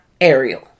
Ariel